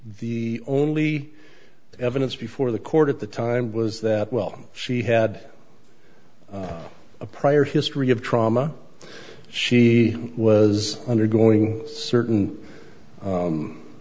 the only evidence before the court at the time was that well she had a prior history of trauma she was undergoing certain